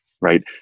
Right